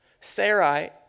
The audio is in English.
Sarai